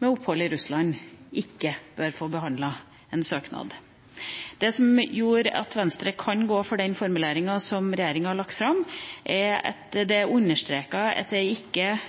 med opphold i Russland ikke bør få behandlet en søknad. Det som gjør at Venstre kan gå inn for den formuleringa som regjeringa har lagt fram, er at det er understreket at man ikke